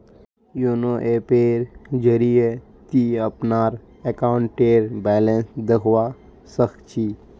YONO ऐपेर जरिए ती अपनार अकाउंटेर बैलेंस देखवा सख छि